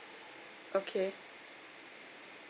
okay